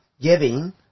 giving